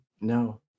No